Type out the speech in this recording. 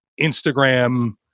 Instagram